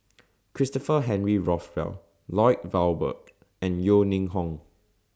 Christopher Henry Rothwell Lloyd Valberg and Yeo Ning Hong